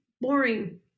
boring